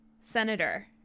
senator